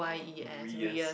Reyes